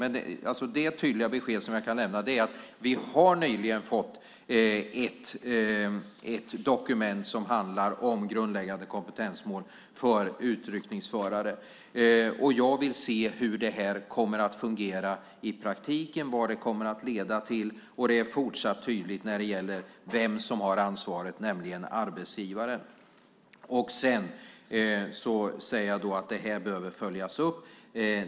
Men det tydliga besked som jag kan lämna är att vi nyligen har fått ett dokument som handlar om grundläggande kompetensmål för utryckningsförare, och jag vill se hur det kommer att fungera i praktiken, vad det kommer att leda till och att det är fortsatt tydligt när det gäller vem som har ansvaret, nämligen arbetsgivaren. Sedan säger jag att det här behöver följas upp.